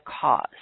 cause